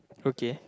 okay